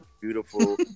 beautiful